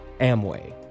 Amway